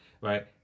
right